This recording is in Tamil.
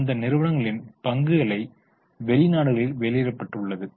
அந்த நிறுவனங்களின் பங்குகளை வெளிநாடுகளில் வெளியிட்டுள்ளது